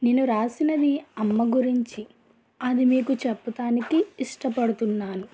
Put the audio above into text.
నేను వ్రాసినది అమ్మ గురించి అది మీకు చెప్పడానికి ఇష్టపడుతున్నాను